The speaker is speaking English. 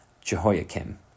Jehoiakim